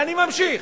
ואני ממשיך.